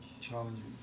challenging